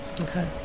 Okay